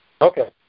Okay